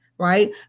Right